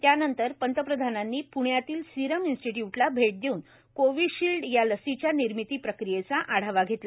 त्यानंतर पंतप्रधानांनी प्ण्यातल्या सीरम इन्स्टीट्य्टला भेट देऊन कोविशील्ड या लसीच्या निर्मिती प्रक्रियेचा आढावा घेतला